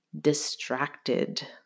distracted